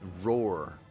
roar